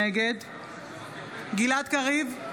נגד גלעד קריב,